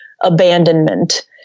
abandonment